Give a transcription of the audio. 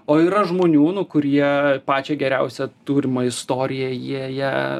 o yra žmonių nu kurie pačią geriausią turimą istoriją jie ją